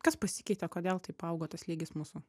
kas pasikeitė kodėl taip paaugo tas lygis mūsų